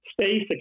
Space